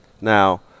Now